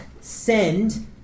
send